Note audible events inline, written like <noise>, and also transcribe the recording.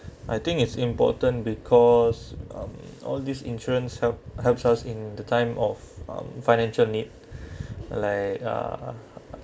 I think it's important because um all these insurance help helps us in the time of um financial need <breath> like ah